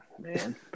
man